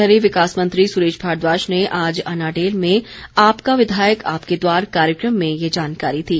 शहरी विकास मंत्री सुरेश भारद्वाज ने आज अनाडेल में आपका विधायक आपके द्वार कार्यक्रम में ये जानकारी दी